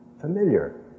familiar